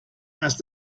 asked